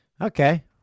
Okay